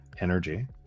energy